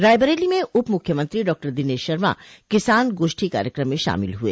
रायबरेली में उपमुख्यमंत्री डॉ दिनेश शर्मा किसान गोष्ठी कार्यक्रम में शामिल हुए